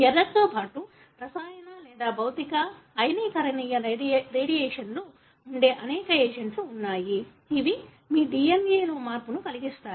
ఎర్రర్తో పాటు రసాయన లేదా భౌతిక అయనీకరణ రేడియేషన్లు ఉండే అనేక ఏజెంట్లు ఉన్నాయి ఇవి మీ DNA లో మార్పును కలిగిస్తాయి